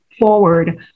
forward